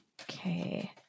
Okay